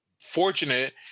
fortunate